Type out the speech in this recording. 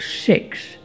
six